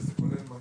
שזה כולל מה?